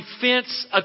defense